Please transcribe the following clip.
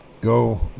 Go